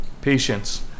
patience